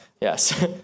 Yes